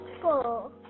Four